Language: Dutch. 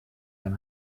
den